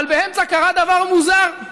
אבל באמצע קרה דבר מוזר: